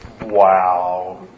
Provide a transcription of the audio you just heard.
wow